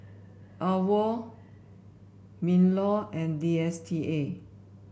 AWOL Minlaw and D S T A